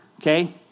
okay